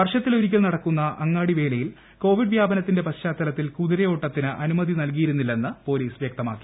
വർഷത്തിലൊരിക്കൽ നടത്തുന്ന അങ്ങാടിവേലയിൽ കോവിഡ് വ്യാപനത്തിന്റെ പശ്ചാത്തലത്തിൽ കുതിരയോട്ടത്തിന് അനുമതി നൽകിയിരുന്നില്ലെന്നു പൊലീസ് വൃക്തമാക്കി